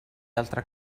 altre